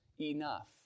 enough